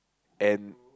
and